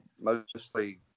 mostly